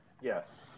yes